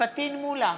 פטין מולא,